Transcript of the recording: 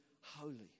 holy